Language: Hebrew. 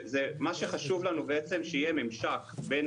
מה שחשוב לנו בעצם זה שיהיה ממשק בין